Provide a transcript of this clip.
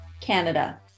Canada